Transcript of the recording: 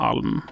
Alm